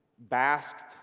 Basked